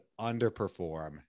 underperform